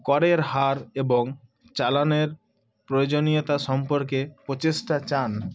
করের হার এবং চালানের প্রয়োজনীয়তা সম্পর্কে প্রচেষ্টা চান